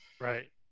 Right